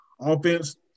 Offense